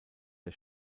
der